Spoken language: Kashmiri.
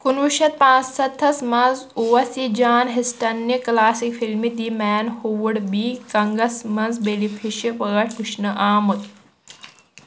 کُنوُہ شَتھ پانٛژھ سَتتھَس منٛز اوس یہِ جان ہسٹن نہِ classic film the man who would be کنٛگَس منٛز بلی فِشہِ پٲٹھۍ وُچھنہٕ آمُت